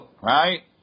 Right